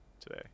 today